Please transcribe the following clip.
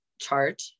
chart